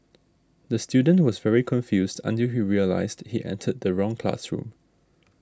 the student was very confused until he realised he entered the wrong classroom